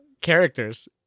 characters